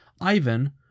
Ivan